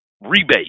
rebate